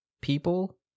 people